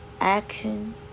action